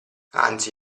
anzi